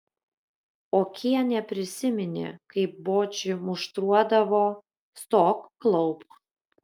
okienė prisiminė kaip bočį muštruodavo stok klaupk